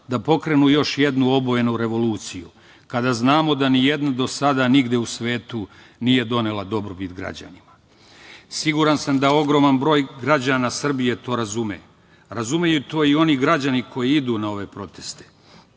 da pokrenu još jednu obojenu revoluciju, kada znamo da nijedna do sada nigde u svetu nije donela dobrobit građanima. Siguran sam da ogroman broj građana Srbije to razume. Razumeju to i oni građani koji idu na ove proteste.